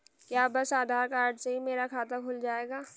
क्या बस आधार कार्ड से ही मेरा खाता खुल जाएगा?